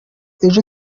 ejo